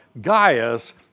Gaius